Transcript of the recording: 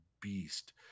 beast